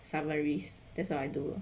summaries that's what I do